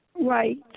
right